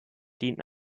dienten